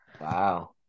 wow